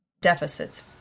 deficits